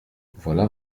voilà